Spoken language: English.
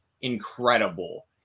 incredible